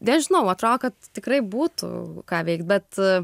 nežinau atrodo kad tikrai būtų ką veikt bet